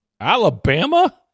Alabama